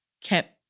kept